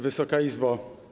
Wysoka Izbo!